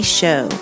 show